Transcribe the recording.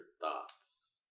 thoughts